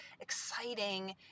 exciting